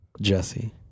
Jesse